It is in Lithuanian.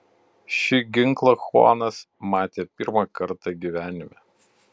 šį ginklą chuanas matė pirmą kartą gyvenime